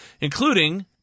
including